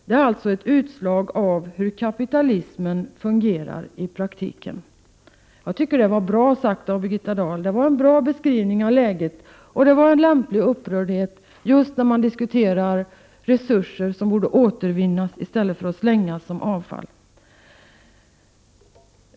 Det är alltså ett utslag av hur kapitalismen fungerar i praktiken.” Jag tycker att det är en bra beskrivning av läget och ett lämpligt sätt att ge uttryck för upprördheten i detta sammanhang just när man diskuterar sådant som borde återvinnas i stället för att bli avfall.